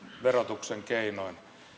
verotuksen keinoin